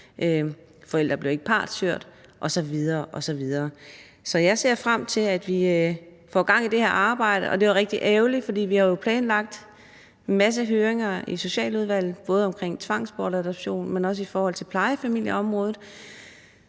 Forældre bliver ikke partshørt osv. osv. Så jeg ser frem til, at vi får gang i det her arbejde. Vi havde jo planlagt en masse høringer i Socialudvalget både omkring tvangsbortadoption, men også